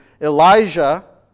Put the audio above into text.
Elijah